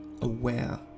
aware